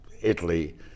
Italy